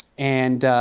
and ah,